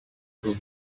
vous